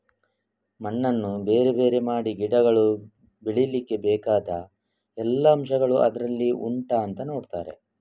ಮಣ್ಣನ್ನ ಬೇರೆ ಬೇರೆ ಮಾಡಿ ಗಿಡಗಳು ಬೆಳೀಲಿಕ್ಕೆ ಬೇಕಾದ ಎಲ್ಲಾ ಅಂಶಗಳು ಅದ್ರಲ್ಲಿ ಉಂಟಾ ಅಂತ ನೋಡ್ತಾರೆ